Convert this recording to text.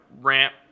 ramp